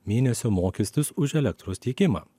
mėnesio mokestis už elektros tiekimą